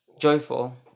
joyful